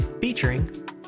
featuring